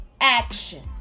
action